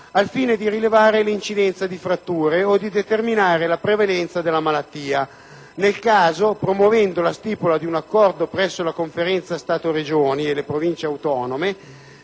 al fine di rilevare l'incidenza di fratture o di determinare la prevalenza della malattia, nel caso promuovendo la stipula di un accordo presso la Conferenza permanente per i rapporti